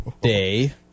Day